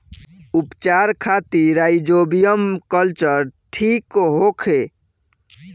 उपचार खातिर rhizobium culture ठीक होखे?